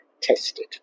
tested